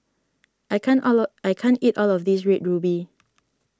I can't all of I can't eat all of this Red Ruby